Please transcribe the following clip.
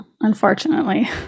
unfortunately